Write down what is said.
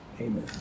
Amen